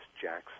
Jackson